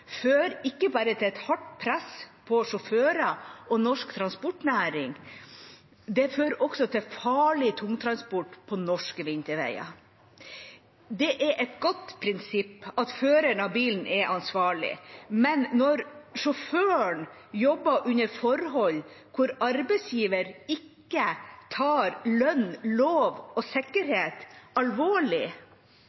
ikke bare til et hardt press på sjåfører og norsk transportnæring, det fører også til farlig tungtransport på norske vinterveier. Det er et godt prinsipp at føreren av bilen er ansvarlig, men når sjåføren jobber under forhold hvor arbeidsgiver ikke tar lønn, lov og